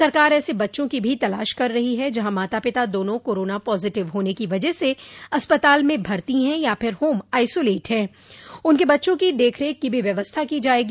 सरकार ऐसे बच्चों की भी तलाश कर रही है जहां माता पिता दोनों कोरोना पॉजिटिव होने की वजह से अस्पताल में भती हैं या फिर होम आइसोलेट हैं उनके बच्चों की देखरेख की भी व्यवस्था की जाएगी